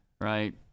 Right